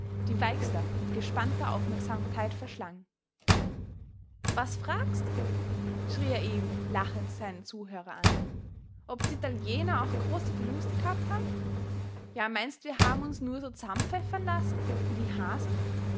die weixler mit gespannter aufmerksamkeit verschlang was fragst schrie er eben lachend seinen zuhörer an ob d'italiener auch große verluste g'habt haben ja meinst wir hab'n uns nur so z'ammpfeffern lassen wie die has'n